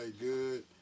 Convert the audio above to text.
good